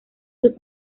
sus